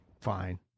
Fine